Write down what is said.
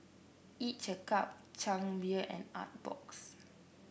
each a cup Chang Beer and Artbox